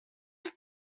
che